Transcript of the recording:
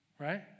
right